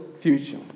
future